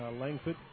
Langford